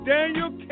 Daniel